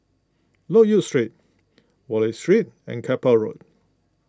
Loke Yew Street Wallich Street and Keppel Road